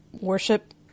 worship